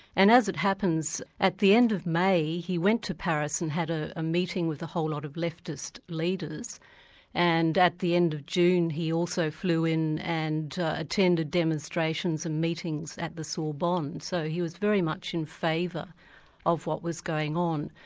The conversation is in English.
and as it happens, at the end of may, he went to paris and had ah a meeting with a whole lot of leftist leaders and at the end of june he also flew in and ah attended demonstrations and meetings at the sorbonne so he was very much in favour of what was going on.